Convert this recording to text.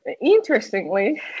Interestingly